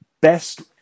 best